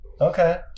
Okay